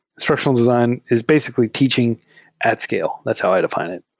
instructional design is basically teaching at scale. that's how i define it.